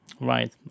right